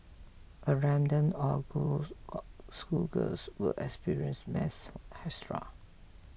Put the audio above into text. a random all girls or school girls will experience mass hysteria